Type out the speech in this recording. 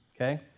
okay